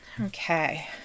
Okay